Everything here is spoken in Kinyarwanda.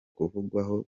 kuvugwaho